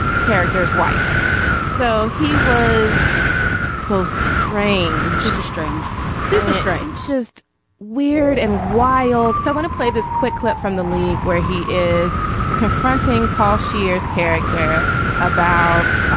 character's wife so he was so strange just a strange super strange just weird and wild so i want to play this quick clip from the league where he is confronting paul sheers character about